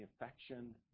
affection